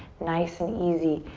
nice and easy.